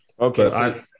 Okay